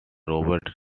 robert